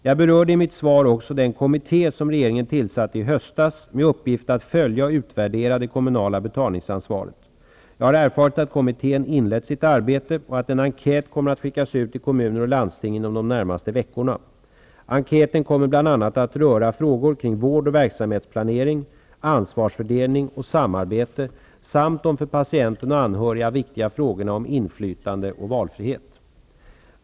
Jag berörde i mitt svar också den kommitté som regeringen tillsatte i höstas med uppgift att följa och utvärdera det kommunala betalningsansvaret. Jag har erfarit att kommittén inlett sitt arbete och att en enkät kommer att skickas ut till kommuner och landsting inom de närmaste veckorna. Enkäten kommer bl.a. att röra frågor kring vård och verksamhetsplanering, ansvarsfördelning och samarbete samt de för patienten och anhöriga viktiga frågorna om inflytande och valfrihet.